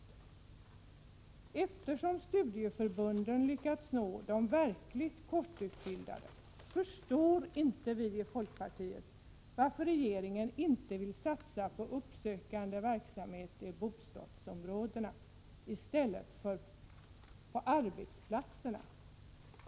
Eftersom studieförbunden lyckats nå de verkligt kortutbildade, förstår inte vi i folkpartiet varför regeringen inte vill satsa på uppsökande verksamhet i bostadsområdena i stället för på arbetsplatserna. Ingvar Johnsson!